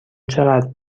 چقدر